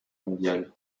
mondiale